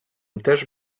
też